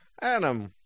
Adam